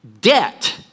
debt